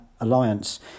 alliance